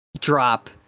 drop